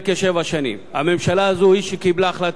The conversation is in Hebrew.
הממשלה הזאת היא שקיבלה החלטה על בניית הגדר,